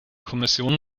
kommission